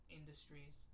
industries